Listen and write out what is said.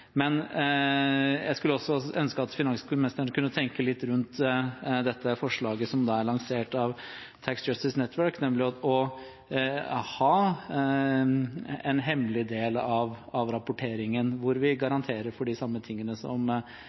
Jeg skulle også ønske at finansministeren kunne tenke litt rundt dette forslaget som er lansert av Tax Justice Network, nemlig å ha en hemmelig del av rapporteringen hvor vi garanterer for de samme tingene som